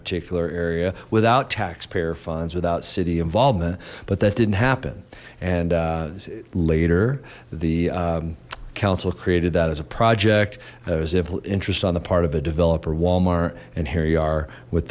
particular area without taxpayer funds without city involvement but that didn't happen and later the council created that as a project i was able to interest on the part of a developer walmart and here we are with